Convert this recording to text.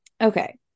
okay